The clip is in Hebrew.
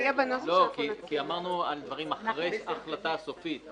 אמרנו על דברים אחרי ההחלטה הסופית,